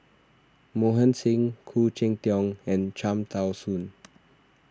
Mohan Singh Khoo Cheng Tiong and Cham Tao Soon